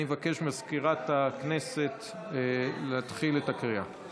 אני מבקש מסגנית מזכירת הכנסת להתחיל את הקריאה.